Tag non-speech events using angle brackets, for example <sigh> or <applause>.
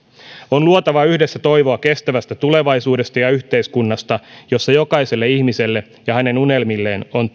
on luotava yhdessä toivoa kestävästä tulevaisuudesta ja yhteiskunnasta jossa jokaiselle ihmiselle ja hänen unelmilleen on <unintelligible>